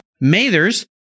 Mathers